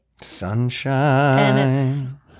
Sunshine